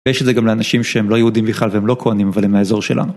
ויש את זה גם לאנשים שהם לא יהודים בכלל והם לא כהנים אבל הם מהאזור שלנו.